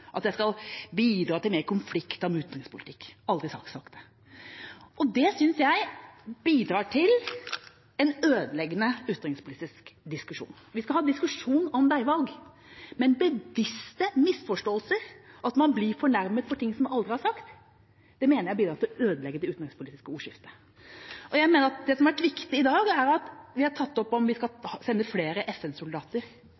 at jeg med min utenrikspolitikk skal bidra til mer konflikt. Det har jeg aldri sagt. Det synes jeg bidrar til en ødeleggende utenrikspolitisk diskusjon. Vi skal ha en diskusjon om veivalg. Men bevisste misforståelser, at man blir fornærmet for ting som aldri er sagt, mener jeg bidrar til å ødelegge det utenrikspolitiske ordskiftet. Jeg mener at det viktige i dag er at vi har tatt opp om vi